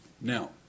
Now